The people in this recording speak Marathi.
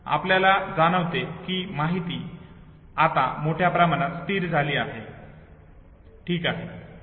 आपल्याला जाणवते कि माहिती आता मोठ्या प्रमाणात स्थिर झाली आहे ठीक आहे